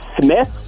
Smith